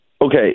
Okay